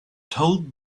told